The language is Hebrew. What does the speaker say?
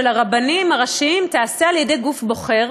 הרבנים הראשיים תיעשה על-ידי גוף בוחר,